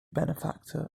benefactor